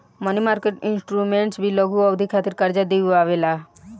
मनी market instruments भी लघु अवधि खातिर कार्जा दिअवावे ला